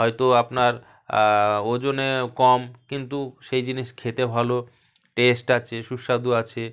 হয়তো আপনার ওজনে কম কিন্তু সেই জিনিস খেতে ভালো টেস্ট আছে সুস্বাদু আছে